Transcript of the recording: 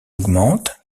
augmente